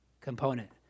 component